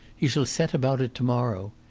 he shall set about it to-morrow.